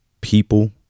people